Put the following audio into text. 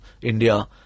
India